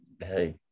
hey